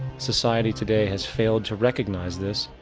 society today has failed to recognize this,